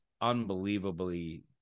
unbelievably